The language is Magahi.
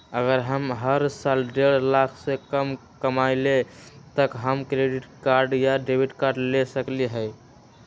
अगर हम हर साल डेढ़ लाख से कम कमावईले त का हम डेबिट कार्ड या क्रेडिट कार्ड ले सकली ह?